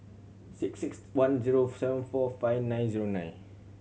six six one zero seven four five nine zero nine